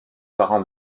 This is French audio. parents